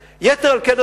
יתר על כן,